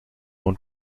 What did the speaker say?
und